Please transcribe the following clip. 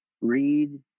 read